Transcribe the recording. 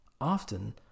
Often